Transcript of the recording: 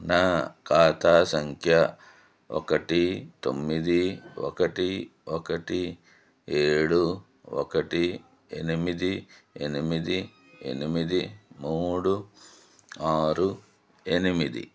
నా ఖాతా సంఖ్య ఒకటి తొమ్మిది ఒకటి ఒకటి ఏడు ఒకటి ఎనిమిది ఎనిమిది ఎనిమిది మూడు ఆరు ఎనిమిది